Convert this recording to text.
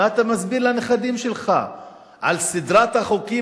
מה אתה מסביר לנכדים שלך על סדרת החוקים